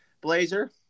blazer